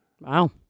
Wow